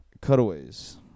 cutaways